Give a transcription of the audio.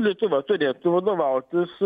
lietuva turėtų vadovautis